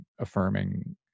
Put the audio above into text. affirming